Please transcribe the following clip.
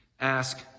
Ask